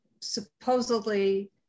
supposedly